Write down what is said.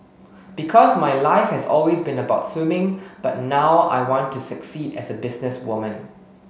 because my life has always been about swimming but now I want to succeed as a businesswoman